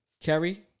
Kerry